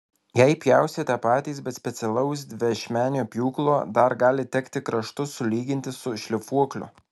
jei pjausite patys be specialaus dviašmenio pjūklo dar gali tekti kraštus sulyginti su šlifuokliu